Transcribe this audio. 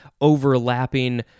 overlapping